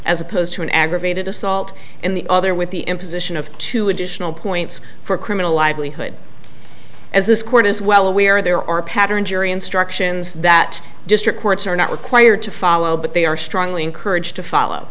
as opposed to an aggravated assault and the other with the imposition of two additional points for criminal livelihood as this court is well aware there are pattern jury instructions that district courts are not required to follow but they are strongly encouraged to follow